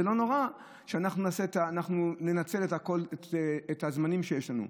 וזה לא נורא שאנחנו ננצל את הזמנים שלנו,